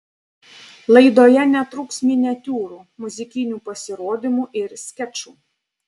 laidoje netruks miniatiūrų muzikinių pasirodymų ir skečų